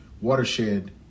watershed